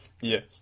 Yes